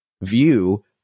view